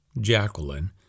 Jacqueline